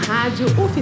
Rádio